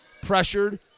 Pressured